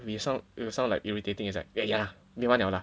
will sound will sound like irritating is like ya yeah me want liao lah